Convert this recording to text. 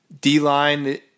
D-line